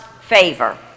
Favor